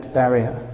barrier